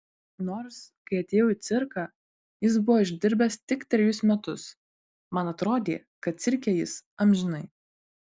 nors kai atėjau į cirką jis buvo išdirbęs tik trejus metus man atrodė kad cirke jis amžinai